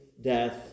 death